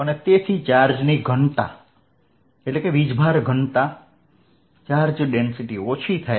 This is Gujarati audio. તેથી વિજભારની ઘનતા ઓછી થાય છે